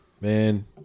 Man